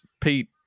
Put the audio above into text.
Pete